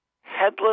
headless